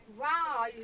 Wow